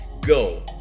Go